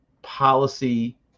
policy